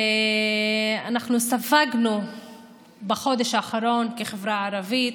שאנחנו ספגנו בחודש האחרון בחברה הערבית,